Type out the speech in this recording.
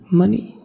money